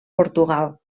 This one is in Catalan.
portugal